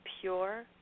pure